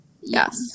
yes